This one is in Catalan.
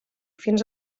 fins